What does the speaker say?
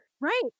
right